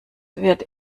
wird